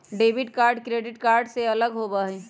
debit card credit card से अलग होबा हई